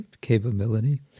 capability